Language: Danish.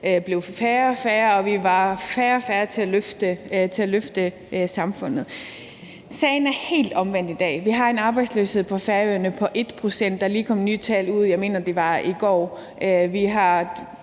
faldt og faldt, og vi var færre og færre til at løfte samfundet. Sagen er helt omvendt i dag. Vi har en arbejdsløshed på Færøerne på 1 pct. Der er lige kommet nye tal ud, og jeg mener, det var i går.